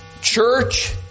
Church